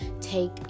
take